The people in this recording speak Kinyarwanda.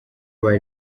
bari